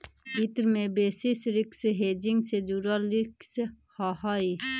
वित्त में basis risk hedging से जुड़ल रिस्क हहई